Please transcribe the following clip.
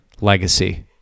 legacy